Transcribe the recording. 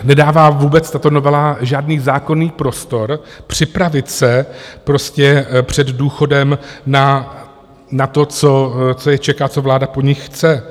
Nedává tato novela žádný zákonný prostor připravit se prostě před důchodem na to, co je čeká, co vláda po nich chce.